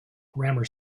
grammar